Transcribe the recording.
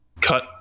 cut